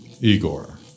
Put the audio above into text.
Igor